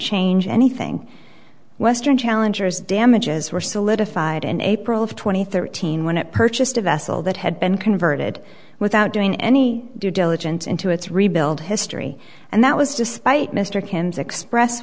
change anything western challenger's damages were solidified in april of two thousand and thirteen when it purchased a vessel that had been converted without doing any due diligence into its rebuild history and that was despite mr kim's express